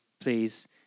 please